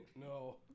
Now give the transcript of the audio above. No